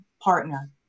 partner